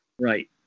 right